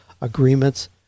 agreements